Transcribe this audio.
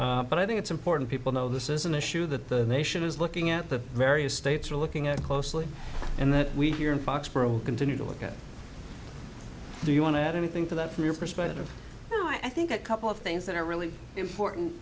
does but i think it's important people know this is an issue that the nation is looking at the various states are looking at closely and that we here in foxboro continue to look at do you want to add anything to that from your perspective and i think a couple of things that are really important